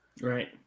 Right